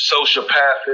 sociopathic